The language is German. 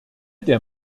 der